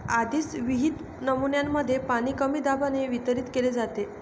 आधीच विहित नमुन्यांमध्ये पाणी कमी दाबाने वितरित केले जाते